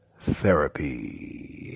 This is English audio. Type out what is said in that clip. therapy